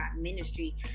ministry